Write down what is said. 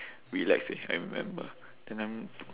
relax eh I remember and I'm